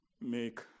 make